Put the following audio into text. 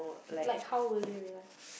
like how were they alive